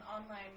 online